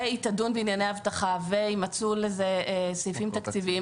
היא תדון בענייני אבטחה ויימצאו לזה סעיפים תקציביים,